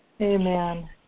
Amen